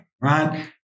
right